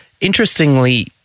interestingly